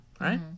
right